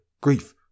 grief